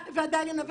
זה